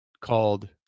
called